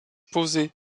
posé